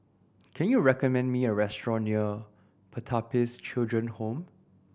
can you recommend me a restaurant near Pertapis Children Home